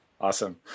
Awesome